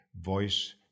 voice